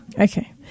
okay